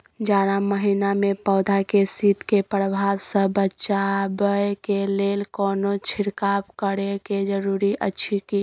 जारा महिना मे पौधा के शीत के प्रभाव सॅ बचाबय के लेल कोनो छिरकाव करय के जरूरी अछि की?